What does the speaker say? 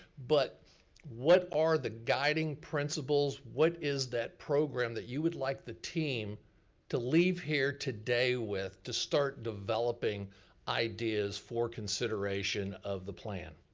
but what are the guiding principles, what is that program that you would like the team to leave her today with to start developing ideas for consideration of the plan.